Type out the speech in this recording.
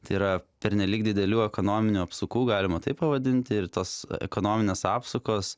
tai yra pernelyg didelių ekonominių apsukų galima taip pavadinti ir tas ekonominės apsukos